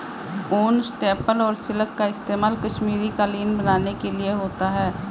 ऊन, स्टेपल और सिल्क का इस्तेमाल कश्मीरी कालीन बनाने के लिए होता है